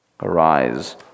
arise